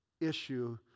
issue